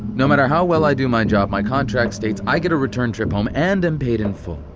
no matter how well i do my job, my contract states i get a return trip home and am paid in full.